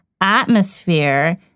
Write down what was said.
atmosphere